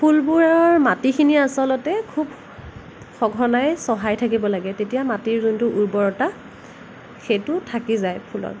ফুলবোৰৰ মাটিখিনি আচলতে খুব সঘনাই চহাই থাকিব লাগে তেতিয়া মাটিৰ যোনটো উৰ্বৰতা সেইটো থাকি যায় ফুলত